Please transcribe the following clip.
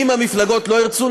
אם המפלגות לא ירצו,